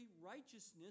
righteousness